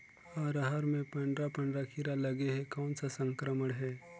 अरहर मे पंडरा पंडरा कीरा लगे हे कौन सा संक्रमण हे?